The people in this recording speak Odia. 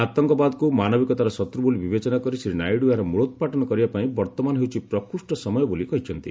ଆତଙ୍କବାଦକ୍ର ମାନବିକତାର ଶତ୍ର ବୋଲି ବିବେଚନା କରି ଶ୍ରୀ ନାଇଡ଼ୁ ଏହାର ମିଳୋତ୍ପାଟନ କରିବାପାଇଁ ବର୍ତ୍ତମାନ ହେଉଛି ପ୍ରକୃଷ୍ଟ ସମୟ ବୋଲି କହିଛନ୍ତି